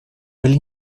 были